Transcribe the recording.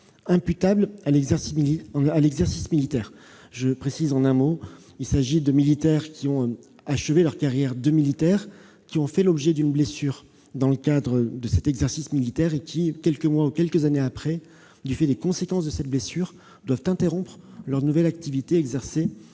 imputable à l'exercice militaire. Il s'agit de personnes qui ont achevé leur carrière militaire, qui ont fait l'objet d'une blessure dans le cadre de cet exercice militaire et qui, quelques mois ou quelques années après, du fait des conséquences de cette blessure, doivent interrompre la nouvelle activité qu'ils